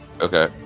Okay